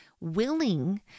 willing